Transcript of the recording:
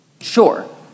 Sure